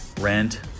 rent